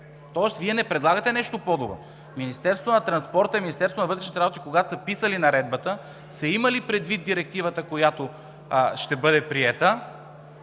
тоест Вие не предлагате нещо по-добро. Министерството на транспорта и Министерството на вътрешните работи, когато са писали наредбата, са имали предвид Директивата, която ще бъде приета,